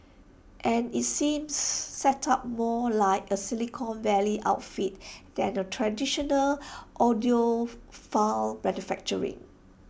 and IT seems set up more like A Silicon Valley outfit than A traditional audiophile manufacturer